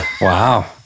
Wow